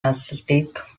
ascetic